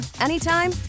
anytime